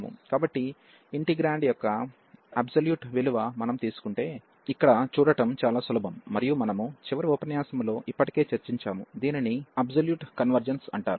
కాబట్టి ఇంటిగ్రాండ్ యొక్క అబ్సొల్యూట్ విలువ మనం తీసుకుంటే ఇక్కడ చూడటం చాలా సులభం మరియు మనము చివరి ఉపన్యాసంలో ఇప్పటికే చర్చించాము దీనిని అబ్సొల్యూట్ కన్వెర్జెన్స్ అంటారు